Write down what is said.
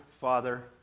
father